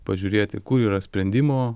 pažiūrėti kur yra sprendimo